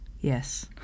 Yes